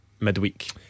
Midweek